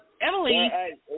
Emily